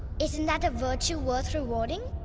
isn't that a virtue worth rewarding?